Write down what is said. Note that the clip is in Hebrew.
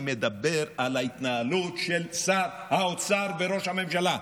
מדבר על ההתנהלות של שר האוצר וראש הממשלה.